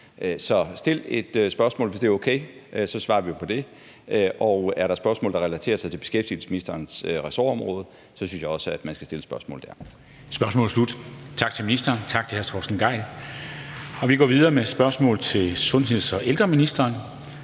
et skriftligt spørgsmål, hvis det er okay, så svarer vi på det. Og er der spørgsmål, der relaterer sig til beskæftigelsesministerens ressortområde, så synes jeg også, man skal stille spørgsmålet til ham. Kl. 13:33 Formanden (Henrik Dam Kristensen): Spørgsmålet er sluttet. Tak til ministeren, og tak til hr. Torsten Gejl. Vi går videre med spørgsmål til sundheds- og ældreministeren.